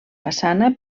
façana